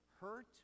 hurt